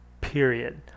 period